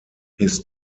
his